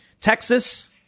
Texas